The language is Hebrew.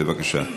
בבקשה.